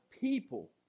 people